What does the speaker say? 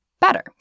Better